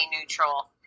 neutral